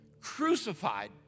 crucified